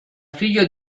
figlio